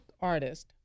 artist